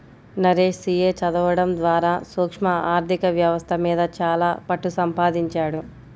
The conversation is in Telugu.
నరేష్ సీ.ఏ చదవడం ద్వారా సూక్ష్మ ఆర్ధిక వ్యవస్థ మీద చాలా పట్టుసంపాదించాడు